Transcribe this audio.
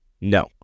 No